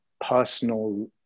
personal